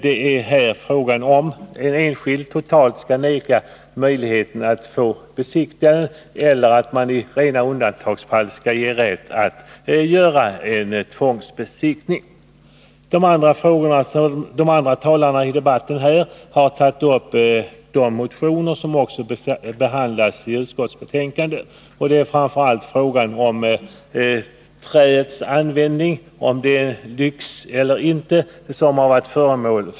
Det är här fråga om huruvida en enskild skall kunna vägra besiktning eller att man i rena undantagsfall skall ge rätt till en tvångsbesiktning. De frågor som de andra talarna i debatten tagit upp på grundval av de motioner som behandlas i utskottsbetänkandet gäller framför allt huruvida trä skall betraktas som lyx eller inte.